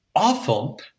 awful